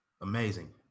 Amazing